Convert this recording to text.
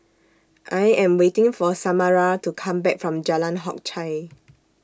I Am waiting For Samara to Come Back from Jalan Hock Chye